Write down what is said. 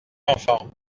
enfants